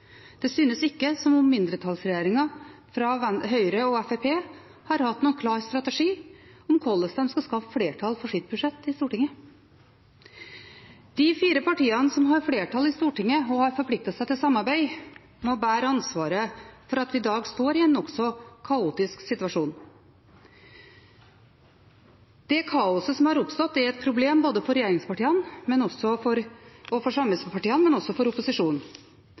Det synes ikke som om mindretallsregjeringen, fra Høyre og Fremskrittspartiet, har hatt noen klar strategi om hvordan de skal skaffe flertall for sitt budsjett i Stortinget. De fire partiene som har flertall i Stortinget og har forpliktet seg til samarbeid, må bære ansvaret for at vi i dag står i en nokså kaotisk situasjon. Det kaoset som har oppstått, er et problem både for regjeringspartiene og for samarbeidspartiene, men også for opposisjonen.